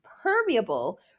permeable